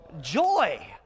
joy